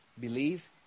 Believe